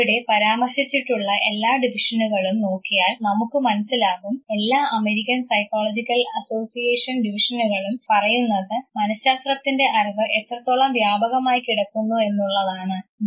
ഇവിടെ പരാമർശിച്ചിട്ടുള്ള എല്ലാ ഡിവിഷനുകളും നോക്കിയാൽ നമുക്ക് മനസ്സിലാകും എല്ലാ അമേരിക്കൻ സൈക്കോളജിക്കൽ അസോസിയേഷൻ ഡിവിഷനുകളും പറയുന്നത് മനശാസ്ത്രത്തിൻറെ അറിവ് എത്രത്തോളം വ്യാപകമായി കിടക്കുന്നു എന്നുള്ളതാണ്